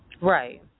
Right